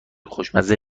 خوشمزه